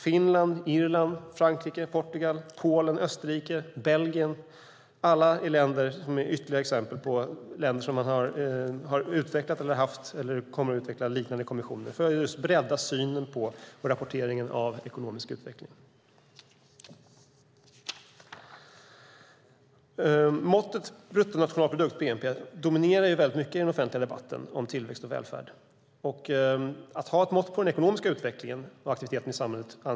Finland, Irland, Frankrike, Portugal, Polen, Österrike och Belgien - alla dessa är ytterligare exempel på länder som har haft eller kommer att utveckla liknande kommissioner för att bredda synen på och rapporteringen av ekonomisk utveckling. Måttet bruttonationalprodukt, bnp, dominerar mycket i den offentliga debatten om tillväxt och välfärd. Vi anser att det är viktigt att ha ett mått på den ekonomiska utvecklingen och aktiviteten i samhället.